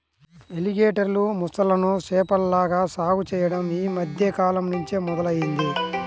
ఎలిగేటర్లు, మొసళ్ళను చేపల్లాగా సాగు చెయ్యడం యీ మద్దె కాలంనుంచే మొదలయ్యింది